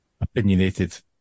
opinionated